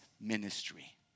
ministry